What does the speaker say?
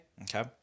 Okay